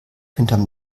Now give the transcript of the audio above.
hinterm